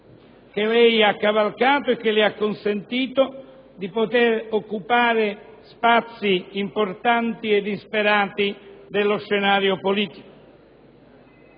che lei ha cavalcato e che le ha consentito di occupare spazi importanti ed insperati dello scenario politico.